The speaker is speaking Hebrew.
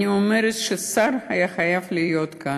אני אומרת שהשר היה חייב להיות כאן.